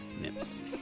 Nips